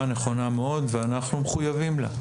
הערה נכונה מאוד ואנחנו מחויבים לה.